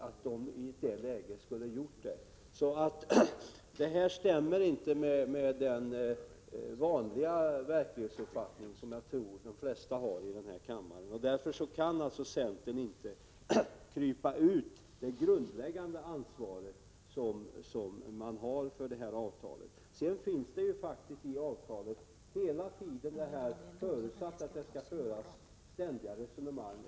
Att i det läget göra tvärtom skulle inte stämma överens med den vanliga verklighetsuppfattning som jag tror att de flesta här i kammaren har. Centern kan därför inte krypa undan det grundläggande ansvar som den har för detta avtal. I avtalet förutsätts faktiskt att det skall föras ständiga resonemang.